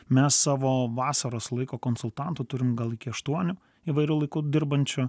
mes savo vasaros laiko konsultantų turim gal iki aštuonių įvairiu laiku dirbančių